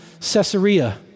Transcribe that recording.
Caesarea